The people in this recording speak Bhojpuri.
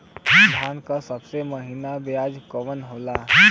धान के सबसे महीन बिज कवन होला?